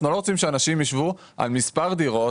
אנחנו לא רוצים שאנשים יישבו על מספר דירות,